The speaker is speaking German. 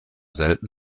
selten